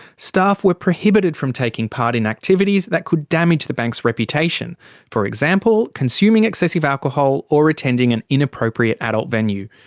staff were prohibited from taking part in activities that could damage the bank's reputation for example, consuming excessive alcohol or attending an inappropriate adult venue.